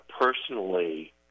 personally